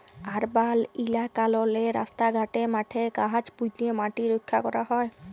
আরবাল ইলাকাললে রাস্তা ঘাটে, মাঠে গাহাচ প্যুঁতে ম্যাটিট রখ্যা ক্যরা হ্যয়